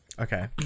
Okay